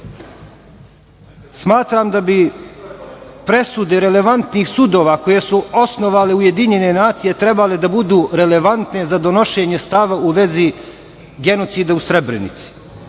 to. Smatram da bi presude relevantnih sudova koje su osnovale UN trebale da budu relevantne za donošenje stava u vezi genocida u Srebrenici. Zamolio